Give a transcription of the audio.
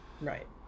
right